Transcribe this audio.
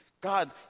God